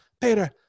Peter